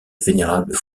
vénérable